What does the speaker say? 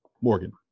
morgan